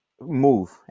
move